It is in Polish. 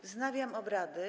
Wznawiam obrady.